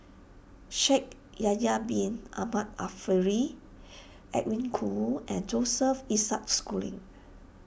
Shaikh Yahya Bin Ahmed Afifi Edwin Koo and Joseph Isaac Schooling